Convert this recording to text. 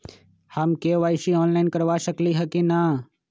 हम KYC online करवा सकली ह कि न?